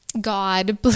God